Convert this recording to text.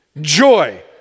Joy